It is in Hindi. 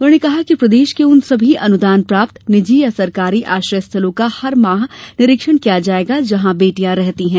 उन्होंने कहा कि प्रदेश के उन सभी अनुदान प्राप्त निजी या सरकारी आश्रय स्थलों का हर माह निरीक्षण किया जायेगा जहाँ बेटियां रहती हैं